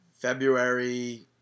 february